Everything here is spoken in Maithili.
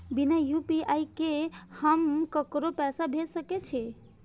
बिना यू.पी.आई के हम ककरो पैसा भेज सके छिए?